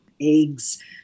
eggs